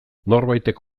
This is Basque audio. norbaitek